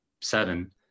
seven